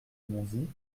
monzie